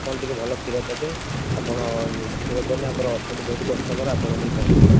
ଆପଣ ଟିକେ ଭଲ କ୍ଷୀର ଦେବେ ଆପଣ କ୍ଷୀର ଦେଲେ ଆମର ଅଛନ୍ତି ବହୁତ କଷ୍ଟମର ଆପଣ ନେଇ ପହଞ୍ଚେଇବେ